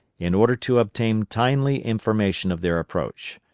in order to obtain timely information of their approach.